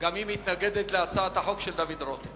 היא מתנגדת להצעת החוק של חבר הכנסת דוד רותם.